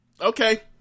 okay